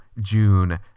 June